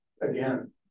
again